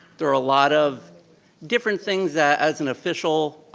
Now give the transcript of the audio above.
there are a lot of different things that, as an official,